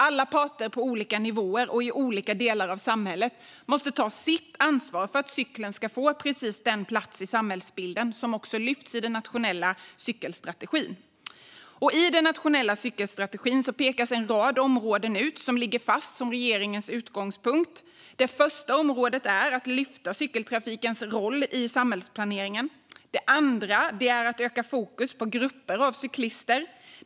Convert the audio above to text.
Alla parter på olika nivåer och i olika delar av samhället måste ta sitt ansvar för att cykeln ska få precis den plats i samhällsbilden som lyfts fram i den nationella cykelstrategin. I cykelstrategin pekas en rad områden ut som ligger fast som regeringens utgångspunkt. Det första området är att lyfta cykeltrafikens roll i samhällsplaneringen. Det andra området är att öka fokus på grupper av cyklister.